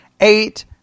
eight